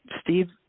Steve